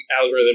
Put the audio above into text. algorithm